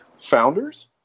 Founders